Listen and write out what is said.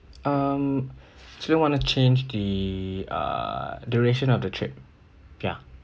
um so wanna change the err duration of the trip ya